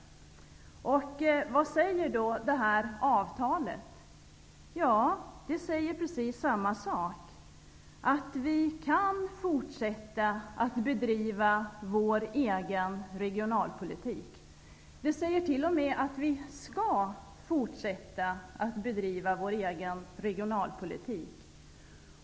Vad säger då avtalet? Jo, det säger precis samma sak. Vi kan fortsätta att bedriva vår egen regionalpolitik. Det säger t.o.m. att vi skall fortsätta att bedriva vår egen regionalpolitik.